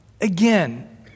again